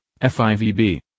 FIVB